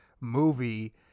movie